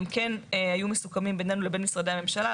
הם כן היו מסוכמים בינינו לבין משרדי הממשלה.